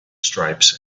stripes